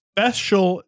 Special